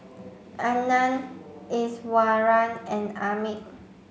Anand Iswaran and Amit